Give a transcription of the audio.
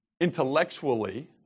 intellectually